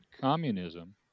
communism